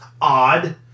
odd